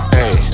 Hey